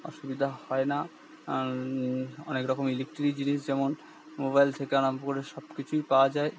অসুবিধা হয় না অনেক রকম ইলেকট্রিক জিনিস যেমন মোবাইল থেকে আরাম্ভ করে সব কিছুই পাওয়া যায়